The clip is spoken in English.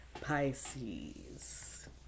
Pisces